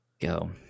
go